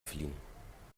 fliehen